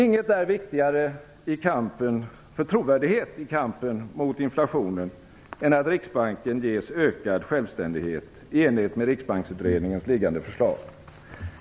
Inget är viktigare för trovärdigheten i kampen mot inflationen än att Riksbanken ges ökad självständighet i enlighet med Riksbanksutredningens liggande förslag.